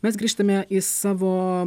mes grįžtame į savo